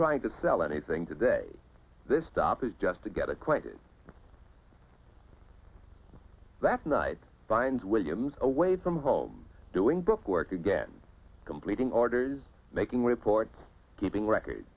trying to sell anything today this topic just to get acquainted that night bynes williams away from home doing book work again completing orders making record keeping records